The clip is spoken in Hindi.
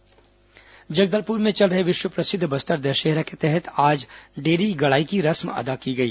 बस्तर दशहरा जगलदपुर में चल रहे विश्व प्रसिद्ध बस्तर दशहरा के तहत आज डेरी गड़ाई की रस्म अदा की गई